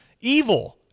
evil